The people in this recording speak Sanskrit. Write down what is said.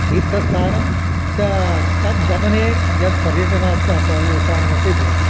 तीर्थस्थानं त तद्गमने यत् पर्यटनस्थानमपि स पर् भवति